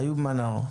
איוב מנאר.